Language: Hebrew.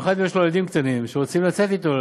במיוחד אם יש לו ילדים קטנים שרוצים לצאת אתו,